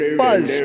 buzz